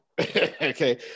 Okay